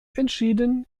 entschieden